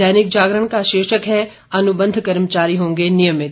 दैनिक जागरण का शीर्षक है अनुबंध कर्मचारी होंगे नियमित